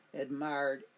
admired